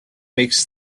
makes